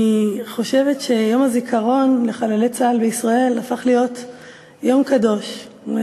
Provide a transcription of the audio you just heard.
אני חושבת שיום הזיכרון לחללי צה"ל הפך להיות יום קדוש בישראל,